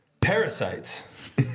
parasites